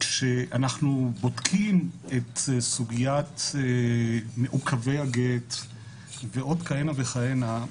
כשאנחנו בודקים את סוגיית מעוכבי הגט ועוד כהנה וכהנה,